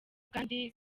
kandi